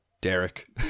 Derek